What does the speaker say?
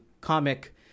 comic